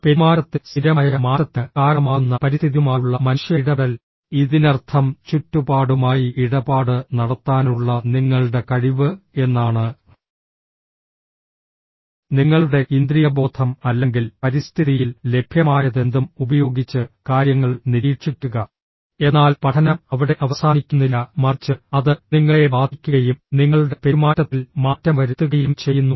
പെരുമാറ്റത്തിൽ സ്ഥിരമായ മാറ്റത്തിന് കാരണമാകുന്ന പരിസ്ഥിതിയുമായുള്ള മനുഷ്യ ഇടപെടൽ ഇതിനർത്ഥം ചുറ്റുപാടുമായി ഇടപാട് നടത്താനുള്ള നിങ്ങളുടെ കഴിവ് എന്നാണ് നിങ്ങളുടെ ഇന്ദ്രിയബോധം അല്ലെങ്കിൽ പരിസ്ഥിതിയിൽ ലഭ്യമായതെന്തും ഉപയോഗിച്ച് കാര്യങ്ങൾ നിരീക്ഷിക്കുക എന്നാൽ പഠനം അവിടെ അവസാനിക്കുന്നില്ല മറിച്ച് അത് നിങ്ങളെ ബാധിക്കുകയും നിങ്ങളുടെ പെരുമാറ്റത്തിൽ മാറ്റം വരുത്തുകയും ചെയ്യുന്നു